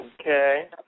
Okay